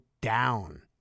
down